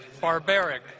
barbaric